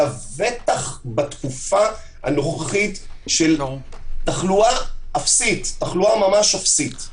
לבטח בתקופה הנוכחית של תחלואה אפסית,